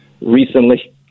recently